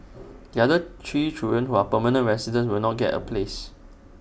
the other three children who are permanent residents will not get A place